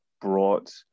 brought